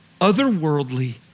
otherworldly